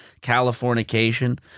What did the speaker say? Californication